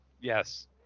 Yes